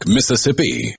Mississippi